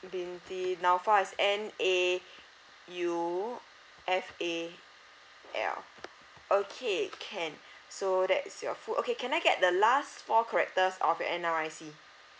binti naufal N A U F A L okay can so that's your full okay can I get the last four characters of your N_R_I_C